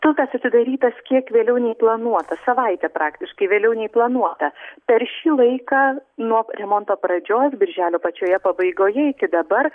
tiltas atidarytas kiek vėliau nei planuota savaitę praktiškai vėliau nei planuota per šį laiką nuo remonto pradžios birželio pačioje pabaigoje iki dabar